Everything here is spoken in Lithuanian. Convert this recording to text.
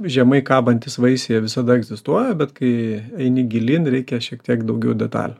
žemai kabantys vaisiai visada egzistuoja bet kai eini gilyn reikia šiek tiek daugiau detalių